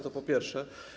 To po pierwsze.